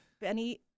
Benny